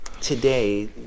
Today